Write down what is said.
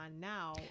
now